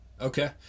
Okay